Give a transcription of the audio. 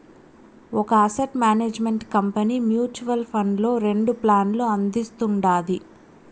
ఒక asset management company mutual funds లో రెండు ప్లాన్లు అందిస్తుండాది